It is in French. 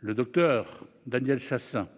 le docteur Daniel Chasseing qui,